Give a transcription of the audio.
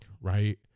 right